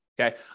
Okay